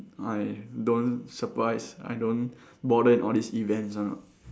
I don't surprise I don't bother in all these events ah